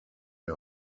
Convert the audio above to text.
der